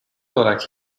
olarak